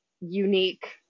unique